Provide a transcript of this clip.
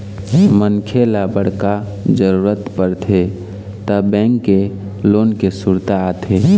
मनखे ल बड़का जरूरत परथे त बेंक के लोन के सुरता आथे